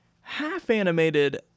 half-animated